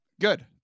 good